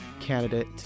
candidate